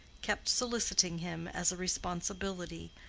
kept soliciting him as a responsibility,